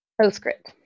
Postscript